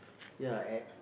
ya and